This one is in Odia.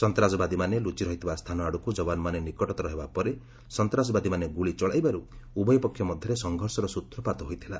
ସନ୍ତାସବାଦୀମାନେ ଲୁଚି ରହିଥିବା ସ୍ଥାନ ଆଡ଼କୁ ଯବାନମାନେ ନିକଟତର ହେବା ପରେ ସନ୍ତାସବାଦୀମାନେ ଗୁଳି ଚଳାଇବାରୁ ଉଭୟ ପକ୍ଷ ମଧ୍ୟରେ ସଂଘର୍ଷର ସ୍ୱତ୍ରପାତ ହୋଇଥିଲା